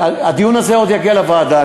הדיון הזה עוד יגיע לוועדה,